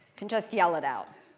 can just yell it out.